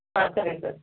ಹಾಂ ಸರ್ ಹೇಳಿ ಸರ್